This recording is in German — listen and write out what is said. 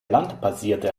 landbasierte